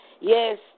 Yes